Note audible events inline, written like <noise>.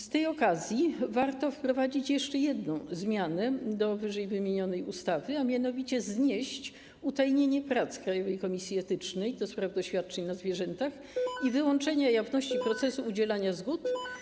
Z tej okazji warto wprowadzić jeszcze jedną zmianę do ww. ustawy, a mianowicie znieść utajnienie prac Krajowej Komisji Etycznej ds. Doświadczeń na Zwierzętach <noise> i wyłączenie jawności procesu udzielania zgód.